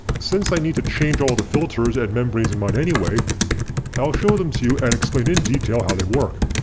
since i need to change all the filters and membranes in mine anyway i'll show them to you and explain in detail how they work.